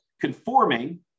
conforming